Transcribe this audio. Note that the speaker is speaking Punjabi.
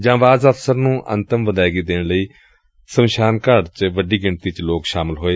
ਜਾਂਬਾਜ਼ ਅਫਸਰ ਨੂੰ ਅੰਤਿਮ ਵਿਦਾਇਗੀ ਦੇਣ ਲਈ ਸਮਸ਼ਾਨ ਘਾਟ ਚ ਵੱਡੀ ਗਿਣਤੀ ਚ ਲੋਕ ਸ਼ਾਮਲ ਹੋਏ